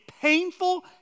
painful